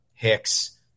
Hicks